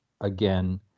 again